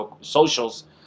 socials